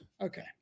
Okay